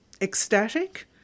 Ecstatic